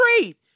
great